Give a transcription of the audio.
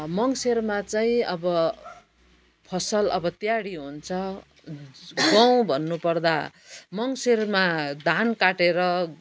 मङ्सिरमा चाहिँ अब फसल अब तयारी हुन्छ गहुँ भन्नु पर्दा मङ्सिरमा धान काटेर